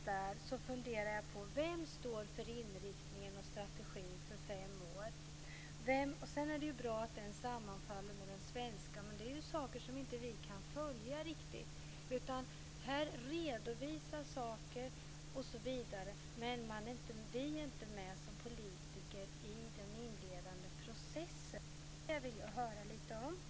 Men jag funderar på vem som står för inriktningen och strategin för fem år. Sedan är det bra att den sammanfaller med den svenska. Men det är ju saker som vi inte kan följa riktigt, utan här redovisas saker osv. Men vi är inte med som politiker i den inledande processen. Detta vill jag höra lite grann om.